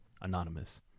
anonymous